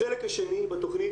החלק השני בתכנית,